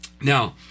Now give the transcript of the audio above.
now